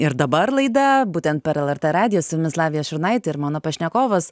ir dabar laida būtent per lrt radiją su jumis lavija šurnaitė ir mano pašnekovas